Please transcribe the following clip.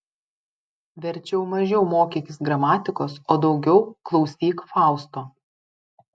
verčiau mažiau mokykis gramatikos o daugiau klausyk fausto